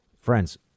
Friends